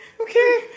okay